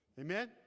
Amen